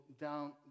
down